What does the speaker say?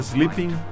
Sleeping